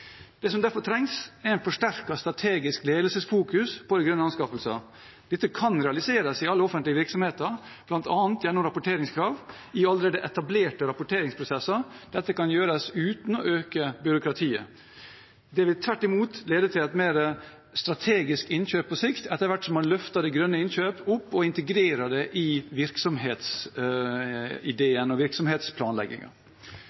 Det som derfor trengs, er et forsterket strategisk ledelsesfokus på grønne anskaffelser. Dette kan realiseres i alle offentlige virksomheter, bl.a. gjennom rapporteringskrav i allerede etablerte rapportingsprosesser. Dette kan gjøres uten å øke byråkratiet. Det vil tvert imot lede til mer strategiske innkjøp på sikt, etter hvert som man løfter grønne innkjøp opp og integrerer dem i